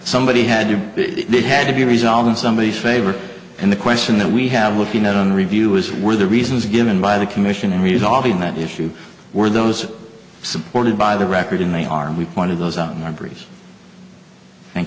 somebody had to it had to be resolved in somebody's favor and the question that we have looking at on review is were the reasons given by the commission in resolving that issue were those supported by the record and they are and we point to those on the breeze thank